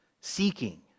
Seeking